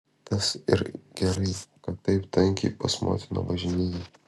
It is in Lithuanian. tas yr gerai kad taip tankiai pas motiną važinėjai